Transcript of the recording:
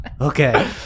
Okay